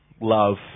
love